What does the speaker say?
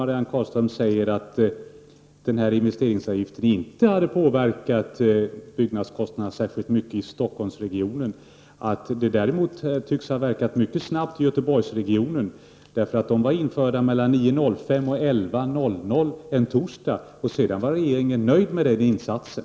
Marianne Carlström säger också att investeringsavgiften inte har påverkat byggnadskostnaderna särskilt mycket i Stockholmsregionen. Däremot tycks den ha verkat mycket snabbt i Göteborgsregionen. Avgifterna var nämligen där införda mellan kl. 9.05 och 11.00 en torsdag, och sedan var regeringen nöjd med den insatsen.